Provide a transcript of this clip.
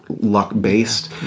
luck-based